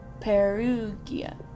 Perugia